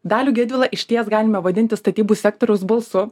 dalių gedvilą išties galime vadinti statybų sektoriaus balsu